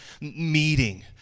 meeting